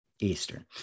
Eastern